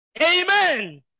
Amen